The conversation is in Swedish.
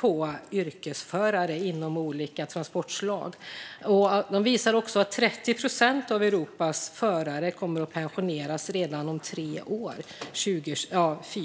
på yrkesförare inom olika transportslag. De visar också att 30 procent av Europas förare kommer att pensioneras inom fyra år, fram till 2026.